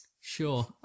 Sure